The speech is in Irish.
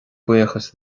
buíochas